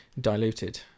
diluted